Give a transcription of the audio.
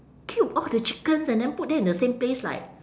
killed all the chickens and then put them in the same place like